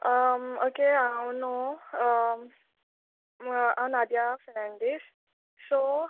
okay हांव न्हय हांव नादया फेनांडीस सो